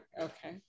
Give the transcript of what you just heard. Okay